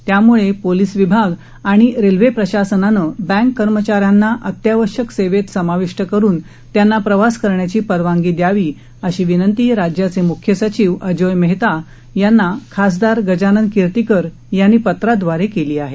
त्यामुळे पोलीस विभाग आणि रेल्वे प्रशासनाने बँक कर्मचाऱ्यांना अत्यावश्यक सेवेत समाविष्ट करून त्यांना प्रवास करण्याची परवानगी दयावी अशी विनंती राज्याचे मुख्य सचिव अजोय मेहता यांना खासदार गजानन कीर्तिकर यांनी पत्राद्वारे केली आहे